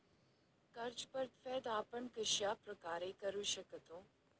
कर्ज परतफेड आपण कश्या प्रकारे करु शकतो?